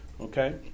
Okay